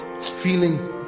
feeling